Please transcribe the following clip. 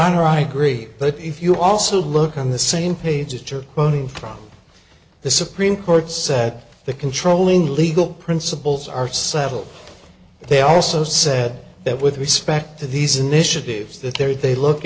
honor i agree but if you also look on the same page which are running from the supreme court said the controlling legal principles are settled they also said that with respect to these initiatives that they are they look